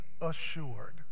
assured